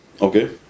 okay